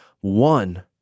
one